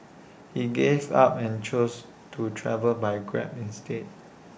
he gave up and chose to travel by grab instead